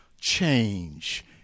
change